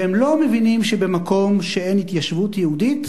והם לא מבינים שבמקום שאין התיישבות יהודית